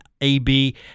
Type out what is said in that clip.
ab